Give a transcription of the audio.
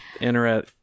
internet